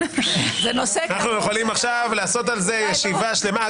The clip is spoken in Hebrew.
אנחנו יכולים עכשיו לעשות על זה ישיבה שלמה.